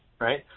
right